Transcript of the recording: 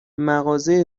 مغازه